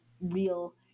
real